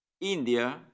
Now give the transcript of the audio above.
India